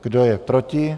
Kdo je proti?